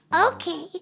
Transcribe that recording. okay